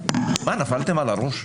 נפלתם על הראש?